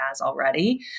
already